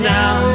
now